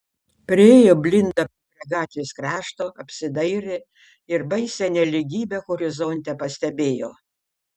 priėjo blinda prie gatvės krašto apsidairė ir baisią nelygybę horizonte pastebėjo